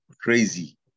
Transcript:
crazy